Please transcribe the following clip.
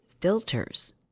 filters